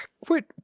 Quit